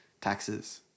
taxes